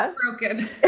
broken